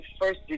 first